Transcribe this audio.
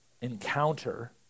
encounter